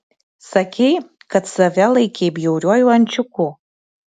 sakei kad save laikei bjauriuoju ančiuku